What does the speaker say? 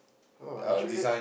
oh actually